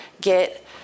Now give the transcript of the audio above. get